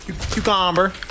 Cucumber